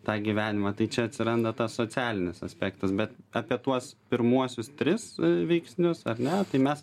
tą gyvenimą tai čia atsiranda tas socialinis aspektas bet apie tuos pirmuosius tris veiksnius ar ne tai mes